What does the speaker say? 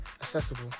accessible